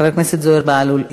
חבר הכנסת זוהיר בהלול,